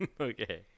okay